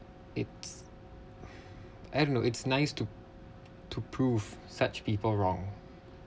it's I don't know it's nice to to prove such people wrong